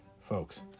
folks